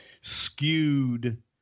skewed